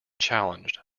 challenged